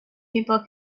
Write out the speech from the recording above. people